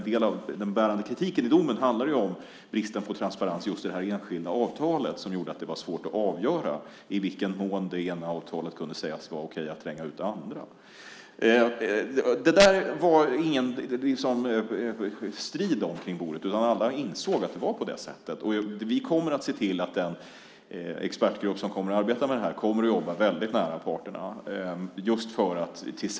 Den bärande kritiken i domen handlar ju om bristen på transparens just i det här enskilda avtalet, som gjorde att det var svårt att avgöra i vilken mån det kunde sägas vara okej att det ena avtalet trängde ut det andra. Det var liksom ingen strid om det omkring bordet, utan alla insåg att det var på det sättet. Vi kommer att se till att den expertgrupp som kommer att arbeta med det här kommer att jobba väldigt nära parterna.